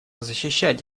защищать